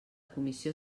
comissió